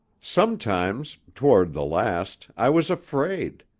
sometimes, toward the last, i was afraid.